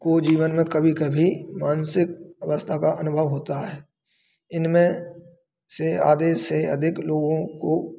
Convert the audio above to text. को जीवन में कभी कभी मानसिक अवस्था का अनुभव होता है इनमें से आधे से अधिक लोगों को